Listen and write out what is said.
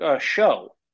show